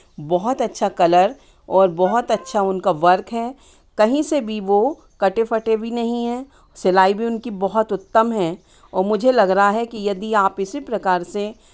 बहुत अच्छा कलर और बहुत अच्छा उनका वर्क है कहीं से भी वो कटे फटे भी नहीं हैं सिलाई भी उनकी बहुत उत्तम है और मुझे लग रहा है कि यदि आप इसी प्रकार से